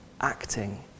acting